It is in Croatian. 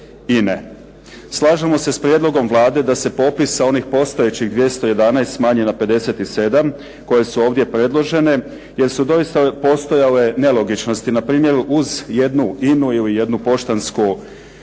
Slažemo se s prijedlogom Vlade da se popis sa onih postojećih 211 smanji na 57 koje su ovdje predložene, jer su doista postojale nelogičnosti. Npr. uz jednu INA-u ili jednu Poštansku banku